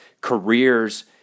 careers